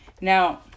Now